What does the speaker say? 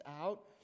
out